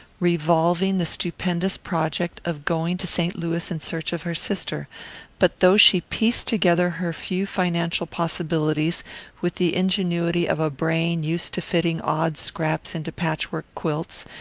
revolving the stupendous project of going to st. louis in search of her sister but though she pieced together her few financial possibilities with the ingenuity of a brain used to fitting odd scraps into patch-work quilts,